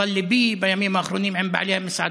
אבל ליבי בימים האחרונים עם בעלי המסעדות.